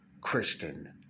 Christian